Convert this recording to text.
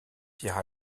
pierre